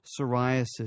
psoriasis